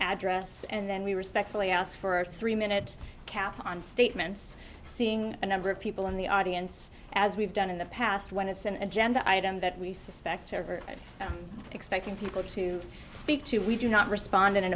address and then we respectfully ask for a three minute count on statements seeing a number of people in the audience as we've done in the past when it's an agenda item that we suspect ever expecting people to speak to we do not respond in an